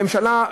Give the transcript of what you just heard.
הממשלה,